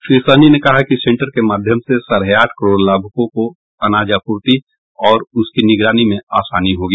श्री सहनी ने कहा कि सेंटर के माध्यम से साढ़े आठ करोड़ लाभुकों को अनाज आपूर्ति और उसकी निगरानी में आसानी होगी